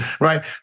Right